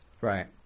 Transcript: Right